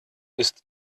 ist